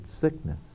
sickness